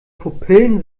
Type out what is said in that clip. pupillen